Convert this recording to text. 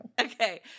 Okay